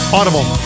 Audible